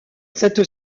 cette